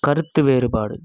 கருத்து வேறுபாடு